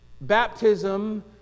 baptism